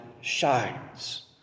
shines